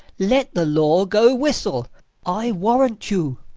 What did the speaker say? let the law go whistle i warrant you.